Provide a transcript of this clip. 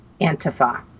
Antifa